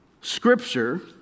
Scripture